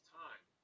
time